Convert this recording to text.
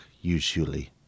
usually